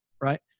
Right